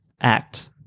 Act